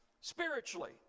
spiritually